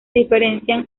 diferencian